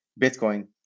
Bitcoin